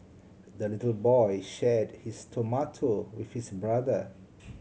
the little boy shared his tomato with his brother